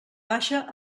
baixa